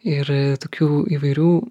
ir tokių įvairių